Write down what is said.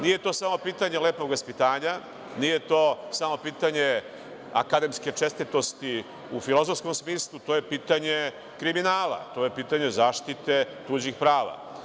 Nije to samo pitanje lepog vaspitanja, nije to samo pitanje akademske čestitosti u filozofskom smislu, to je pitanje kriminala, to je pitanje zaštite tuđih prava.